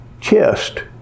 chest